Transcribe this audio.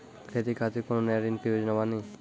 खेती के खातिर कोनो नया ऋण के योजना बानी?